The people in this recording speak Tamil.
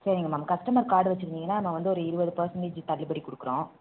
சரிங்க மேம் கஸ்டமர் கார்டு வச்சிருந்தீங்கன்னா நான் வந்து ஒரு இருபது பெர்சன்டேஜ் தள்ளுபடி கொடுக்குறோம்